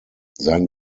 sein